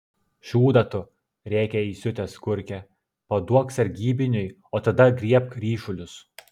šūdą tu rėkia įsiutęs kurkė paduok sargybiniui o tada griebk ryšulius